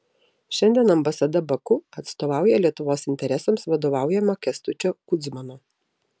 šiandien ambasada baku atstovauja lietuvos interesams vadovaujama kęstučio kudzmano